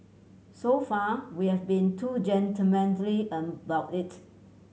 so far we've been about it